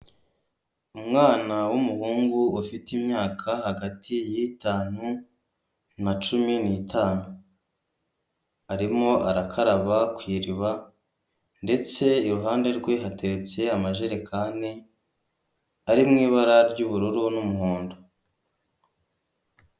Umwana w'umuhungu ufite imyaka hagati y'itanu na cumi n'itanu, arimo arakaraba ku iriba, ndetse iruhande rwe hateretse amajerekani ari mu ibara ry'ubururu n'umuhondo.